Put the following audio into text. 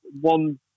one